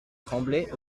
tremblaient